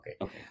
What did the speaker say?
Okay